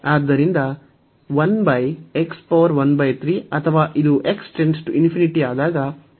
ಆದ್ದರಿಂದ ಅಥವಾ ಇದು ಆದಾಗ